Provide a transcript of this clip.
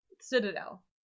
citadel